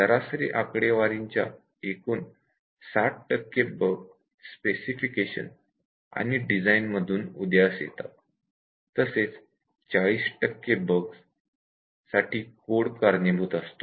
सरासरी आकडेवारीच्या एकूण 60 टक्के बग्स स्पेसिफिकेशन आणि डिझाईन मधून उदयास येतात तसेच 40 टक्के बग्ससाठी कोड कारणीभूत ठरतो